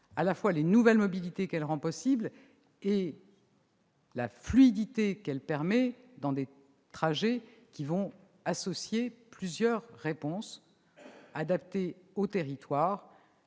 digitale, des nouvelles mobilités qu'elle rend possibles, de la fluidité qu'elle permet, dans des trajets qui associeront plusieurs réponses adaptées aux territoires,